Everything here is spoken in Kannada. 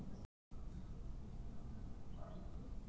ಆನ್ಲೈನ್ ನಲ್ಲಿ ಕೆ.ವೈ.ಸಿ ಯನ್ನು ಹೇಗೆ ಪುನಃ ಪ್ರಾರಂಭ ಮಾಡುವುದು?